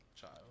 child